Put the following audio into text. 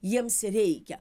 jiems reikia